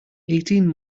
eighteen